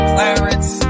Clarence